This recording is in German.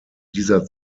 dieser